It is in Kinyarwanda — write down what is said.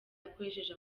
akoresheje